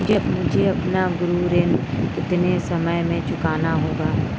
मुझे अपना गृह ऋण कितने समय में चुकाना होगा?